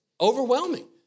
overwhelming